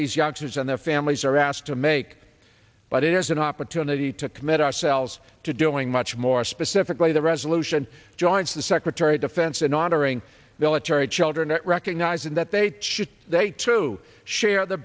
these youngsters and their families are asked to make but it is an opportunity to commit ourselves to doing much more specifically the resolution joints the secretary of defense and honoring the letairis children and recognizing that they should day to share the